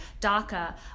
DACA